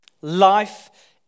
Life